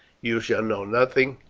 you shall know nothing,